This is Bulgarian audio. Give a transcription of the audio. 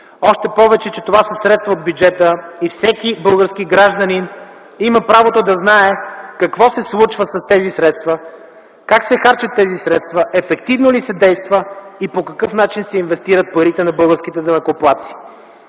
Още повече, че това са средства от бюджета и всеки български гражданин има правото да знае: какво се случва с тези средства, как се харчат тези средства, ефективно ли се действа и по какъв начин се инвестират парите на българските данъкоплатци?